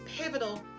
pivotal